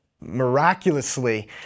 miraculously